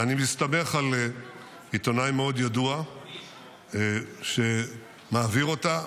אני מסתמך על עיתונאי מאוד ידוע שמעביר אותה.